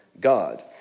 God